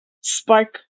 spark